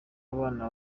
abana